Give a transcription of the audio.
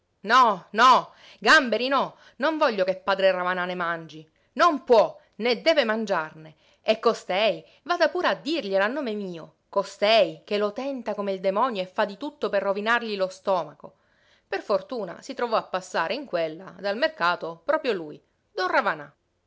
no no gamberi no non voglio che padre ravanà ne mangi non può né deve mangiarne e costei vada pure a dirglielo a nome mio costei che lo tenta come il demonio e fa di tutto per rovinargli lo stomaco per fortuna si trovò a passare in quella dal mercato proprio lui don ravanà